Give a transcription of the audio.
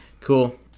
Cool